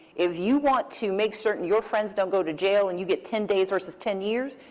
if you want to make certain your friends don't go to jail and you get ten days versus ten years,